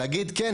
להגיד "כן,